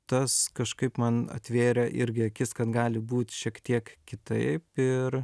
tas kažkaip man atvėrė irgi akis kad gali būt šiek tiek kitaip ir